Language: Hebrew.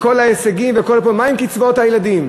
בכל ההישגים וכל הדברים, מה עם קצבאות הילדים?